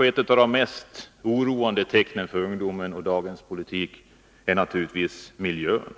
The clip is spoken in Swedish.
Ett av de mest oroande momenten för ungdomen i dagens politik är naturligtvis miljön.